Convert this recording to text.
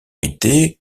était